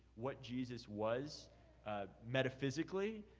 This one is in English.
what jesus was metaphysically,